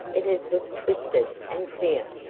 it has looked twisted and queer.